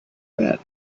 bed